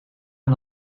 aan